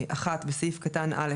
(1)בסעיף קטן (א),